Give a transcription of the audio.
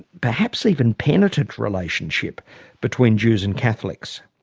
perhaps even penitent, relationship between jews and catholics.